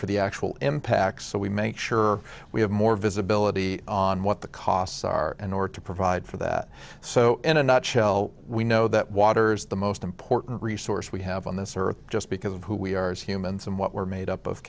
for the actual impacts so we make sure we have more visibility on what the costs are in order to provide for that so in a nutshell we know that water is the most important resource we have on this earth just because of who we are as humans and what we're made up of